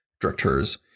directors